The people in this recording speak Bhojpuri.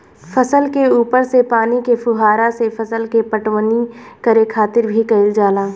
फसल के ऊपर से पानी के फुहारा से फसल के पटवनी करे खातिर भी कईल जाला